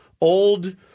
old